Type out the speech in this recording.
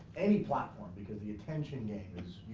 any platform? because the attention game is.